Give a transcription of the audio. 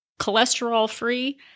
cholesterol-free